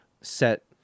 set